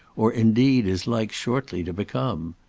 or, indeed, is like shortly to become.